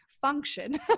function